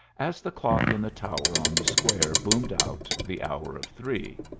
as the clock in the tower on the square boomed out the hour of three.